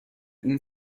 این